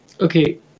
Okay